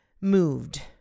moved